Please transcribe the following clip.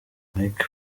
mike